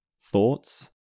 thoughts